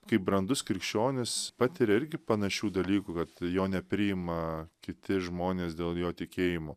kaip brandus krikščionis patiria irgi panašių dalykų kad jo nepriima kiti žmonės dėl jo tikėjimo